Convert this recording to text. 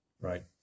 right